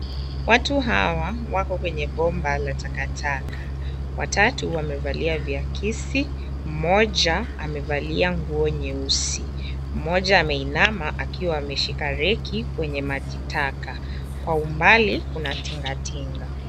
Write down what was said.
Watu hawa wako kwenye bomba la takataka. Watatu wamevalia viakisi, mmoja amevalia nguo nyeusi. Mmoja ameinama akiwa ameshika reki, kwenye maji taka. Kwa umbali kuna tingatinga.